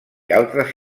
altres